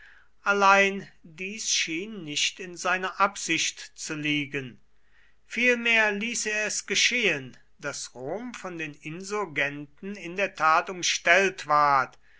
allein dies schien nicht in seiner absicht zu liegen vielmehr ließ er es geschehen daß rom von den insurgenten in der tat umstellt ward